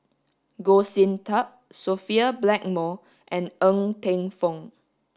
Goh Sin Tub Sophia Blackmore and Ng Teng Fong